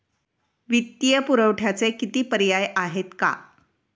वित्तीय पुरवठ्याचे किती पर्याय आहेत का?